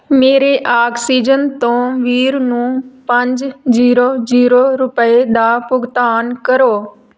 ਮੇਰੇ ਆਕਸੀਜਨ ਤੋਂ ਵੀਰ ਨੂੰ ਪੰਜ ਜੀਰੋ ਜੀਰੋ ਰੁਪਏ ਦਾ ਭੁਗਤਾਨ ਕਰੋ